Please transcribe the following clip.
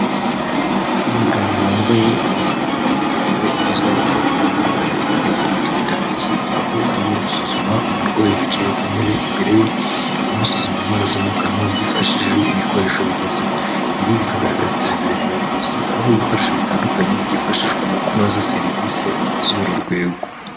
Umuganga wambaye impuzankano yabugenewe igizwe n'itabuririya y'umweru ndetse n'uturindantoki, aho arimo gusuzuma umurwayi wicaye ku ntebe imbere ye amusuzuma indwara zo mu kanwa yifashishijejwe ibikoresho bigezweho, ibi bikagaragaza iterambere mu buvuzi aho ibikoresho bitandukanye byifashishwa mu kunoza serivisi z'uru rwego.